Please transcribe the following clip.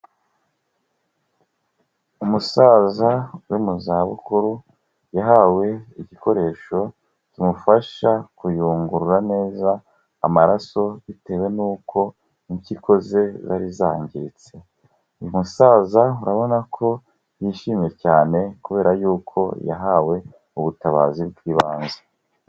Umusaza uri mu za bukuru yahawe igikoresho kimufasha kuyungurura neza amaraso bitewe n'uko impyiko ze zari zangiritse. Umusaza urabona ko yishimye cyane kubera yuko yahawe ubutabazi bw'ibanze.